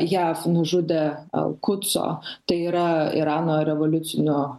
jav nužudė alkutso tai yra irano revoliucinio